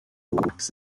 wax